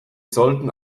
sollten